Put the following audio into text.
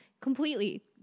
completely